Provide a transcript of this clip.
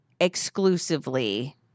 exclusively